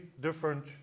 different